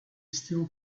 still